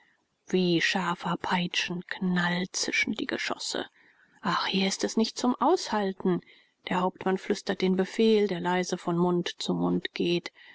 wie scharfer peitschenknall zischen die geschosse ach hier ist nicht zum aushalten der hauptmann flüstert den befehl der leise von mund zu mund geht